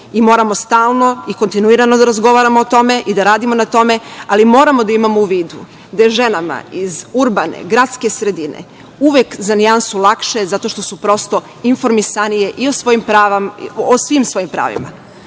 moramo stalno i kontinuirano da razgovaramo o tome i da radimo na tome, ali moramo da imamo u vidu da je ženama iz urbane, gradske sredine uvek za nijansu lakše zato što su prosto informisanije i o svim svojim pravima.